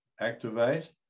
activate